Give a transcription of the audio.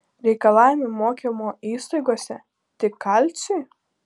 reikalavimai mokymo įstaigose tik kalciui